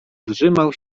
zżymał